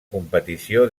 competició